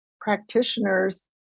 practitioners